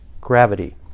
Gravity